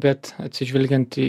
bet atsižvelgiant į